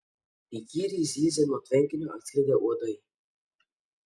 įkyriai zyzė nuo tvenkinio atskridę uodai